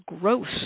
gross